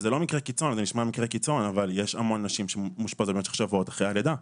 זה נשמע מקרה קיצון אבל יש הרבה נשים שמאושפזות במשך שבועות אחרי הלידה.